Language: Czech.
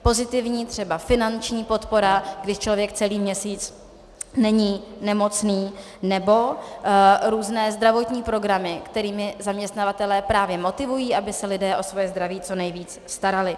Pozitivní třeba finanční podpora, když člověk celý měsíc není nemocný, nebo různé zdravotní programy, kterými zaměstnavatelé právě motivují, aby se lidé o svoje zdraví co nejvíc starali.